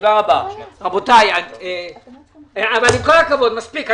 עם כל הכבוד, מספיק.